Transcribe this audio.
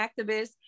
activists